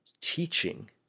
teaching